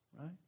right